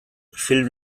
film